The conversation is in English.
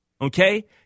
okay